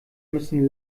müssen